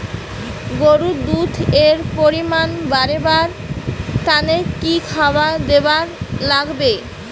গরুর দুধ এর পরিমাণ বারেবার তানে কি খাবার দিবার লাগবে?